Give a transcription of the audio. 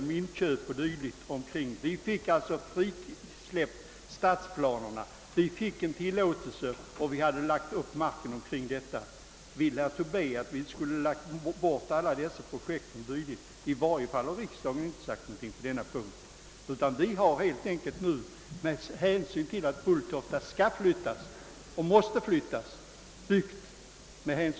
Vi fick alltså därvid tillstånd att låta stadsplaneringen gå så nära flygfältet som den sedan gjort och anskaffade sedan marken kring detta. Vi fick en tillåtelse, och vi hade planerat marken med hänsyn därtill. Anser herr Tobé att vi skulle ha fört undan alla dessa projekt? Riksdagen har i varje fall inte sagt någonting på denna punkt, utan vi har helt enkelt byggt med hänsyn till att Bulltofta skall och måste flyttas.